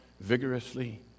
vigorously